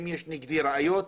אם יש נגדי ראיות,